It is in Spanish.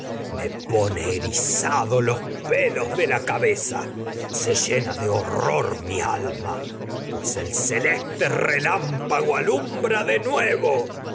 me pone mi erizados los pelos de la cabeza pues se llena de horror nuevo alma el celeste relámpago alumbra de